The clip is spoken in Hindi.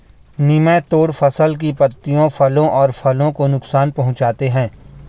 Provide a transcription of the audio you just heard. निमैटोड फसल की पत्तियों फलों और फूलों को नुकसान पहुंचाते हैं